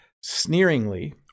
sneeringly